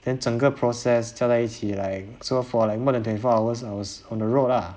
then 整个 process 加在一起 like so for like more than twenty four hours I was on the road ah